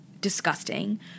disgusting